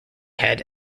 head